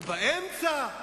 ובאמצע,